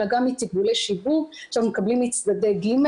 אלא גם מתקבולי ריבית שאנחנו מקבלים מצדדי ג',